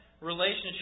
relationship